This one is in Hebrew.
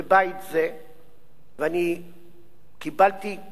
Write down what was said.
ואני קיבלתי פניות מחברי כנסת